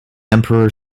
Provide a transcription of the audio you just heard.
emperor